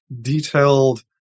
detailed